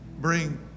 bring